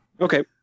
Okay